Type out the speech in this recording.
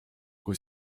kui